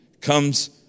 comes